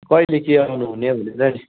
कहिले के आउनु हुने भनेर नि